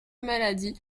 maladie